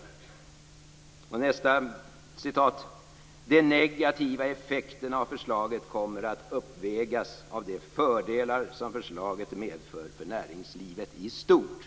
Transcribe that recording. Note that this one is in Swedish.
Utskottet säger också att "de negativa effekterna av förslaget kommer att uppvägas av de fördelar som förslaget medför för näringslivet i stort".